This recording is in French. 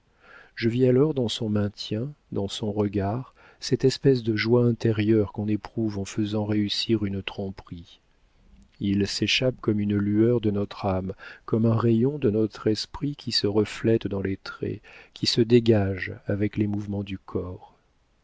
je vis alors dans son maintien dans son regard cette espèce de joie intérieure qu'on éprouve en faisant réussir une tromperie il s'échappe comme une lueur de notre âme comme un rayon de notre esprit qui se reflète dans les traits qui se dégage avec les mouvements du corps